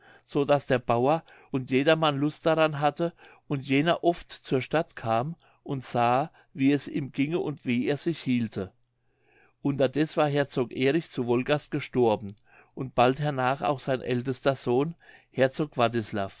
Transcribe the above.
so daß der bauer und jedermann lust daran hatte und jener oft zur stadt kam und sah wie es ihm ginge und wie er sich hielte unterdeß war herzog erich zu wolgast gestorben und bald hernach auch sein ältester sohn herzog wartislav